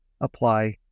apply